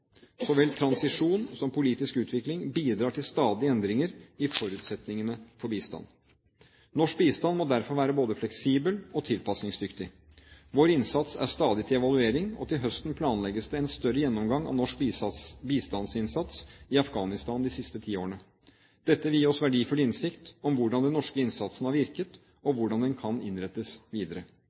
Så vel transisjon som politisk utvikling bidrar til stadige endringer i forutsetningene for bistand. Norsk bistand må derfor være både fleksibel og tilpasningsdyktig. Vår innsats er stadig til evaluering, og til høsten planlegges det en større gjennomgang av norsk bistandsinnsats i Afghanistan de siste ti årene. Dette vil gi oss verdifull innsikt om hvordan den norske innsatsen har virket, og hvordan den kan innrettes videre.